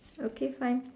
okay fine